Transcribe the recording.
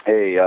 Hey